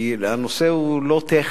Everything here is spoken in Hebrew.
כי הנושא הוא לא טכני.